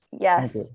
Yes